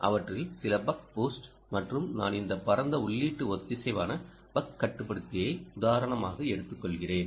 அவற்றில் சில buck boost மற்றும் நான் இந்த பரந்த உள்ளீட்டு ஒத்திசைவான பக் கட்டுப்படுத்தியை உதாரணமாக எடுத்துக்கொள்கிறேன்